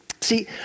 See